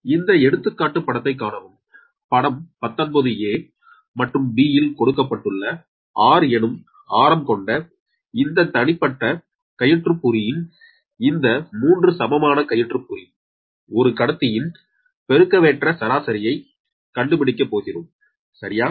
ஆனால் இந்த எடுத்துக்காட்டு படத்தை காணவும் படம் 19 மற்றும் ல் கொடுக்கப்பட்டுள்ள r எனும் ஆரம் கொண்ட இந்த தனிப்பட்ட கயிற்றுப் புரியின் இந்த 3 சமமான கயிற்றுப் புரி ஒரு கடத்தியின் பெருக்கவேற்ற சராசரியை கண்டுபிடிக்க போகிறோம் சரியா